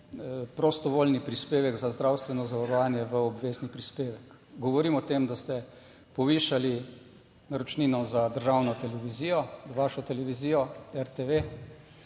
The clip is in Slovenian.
prostovoljni prispevek za zdravstveno zavarovanje v obvezni prispevek. Govorim o tem, da ste povišali naročnino za državno televizijo, za vašo televizijo RTV.